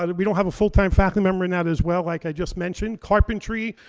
and we don't have a full time faculty member in that as well, like i just mentioned. carpentry,